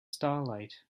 starlight